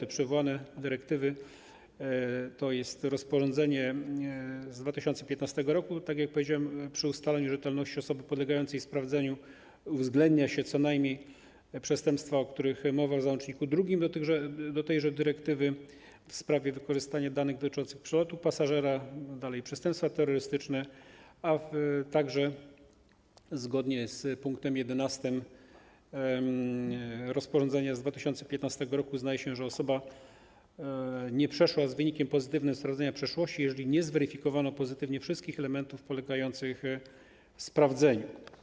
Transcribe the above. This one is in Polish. Jeśli chodzi o rozporządzenie z 2015 r., tak jak powiedziałem, przy ustaleniu rzetelności osoby podlegającej sprawdzeniu uwzględnia się co najmniej przestępstwa, o których mowa w załączniku drugim tejże dyrektywy w sprawie wykorzystania danych dotyczących przelotu pasażera w celu zapobiegania przestępstwom terrorystycznym, a także zgodnie z pkt 11 rozporządzenia z 2015 r. uznaje się, że osoba nie przeszła z wynikiem pozytywnym sprawdzenia przeszłości, jeżeli nie zweryfikowano pozytywnie wszystkich elementów polegających sprawdzeniu.